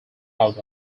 out